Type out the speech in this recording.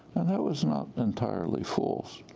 and that was not entirely false.